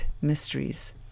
mysteries